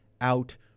out